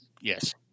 Yes